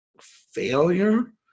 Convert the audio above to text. failure